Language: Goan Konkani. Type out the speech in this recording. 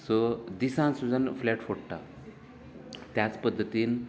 सो दिसान सुद्दां फ्लेट फोडटात त्याच पद्दतीन